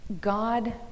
God